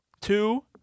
Two